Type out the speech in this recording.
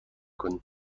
کنیم